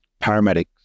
paramedics